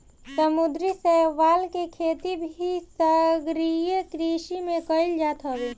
समुंदरी शैवाल के खेती भी सागरीय कृषि में कईल जात हवे